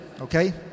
Okay